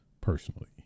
personally